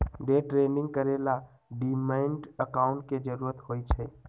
day trading करे ला demat account के जरूरत होई छई